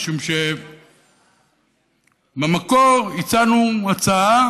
משום שבמקור הצענו הצעה